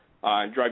drive